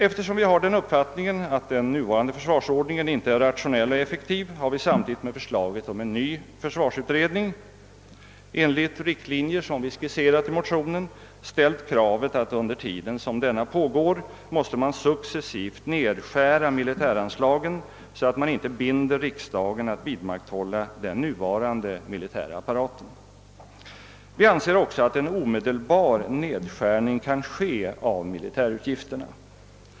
Eftersom vi har den uppfattningen att den nuvarande försvarsordningen inte är rationell och effektiv, har vi samtidigt med förslaget om en ny försvarsutredning enligt riktlinjer som vi skisserat i motionen ställt kravet att under tiden som denna pågår måste man successivt nedskära militäranslagen, så att man inte binder riksdagen att vidmakthålla den nuvarande militära apparaten. Vi anser också att en omedelbar nedskärning kan ske av militärutgifterna.